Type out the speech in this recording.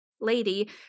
lady